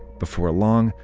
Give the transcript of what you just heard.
before long,